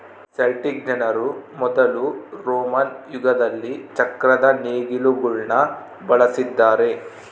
Celtic ಜನರು ಮೊದಲು Roman ಯುಗದಲ್ಲಿ ಚಕ್ರದ ನೇಗಿಲುಗುಳ್ನ ಬಳಸಿದ್ದಾರೆ